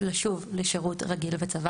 לשוב לשירות רגיל בצבא.